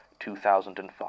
2005